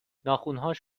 ناخنهاش